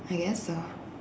I guess so